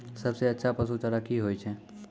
सबसे अच्छा पसु चारा की होय छै?